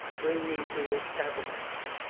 bring me to his tabernacle.